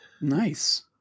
Nice